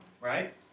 Right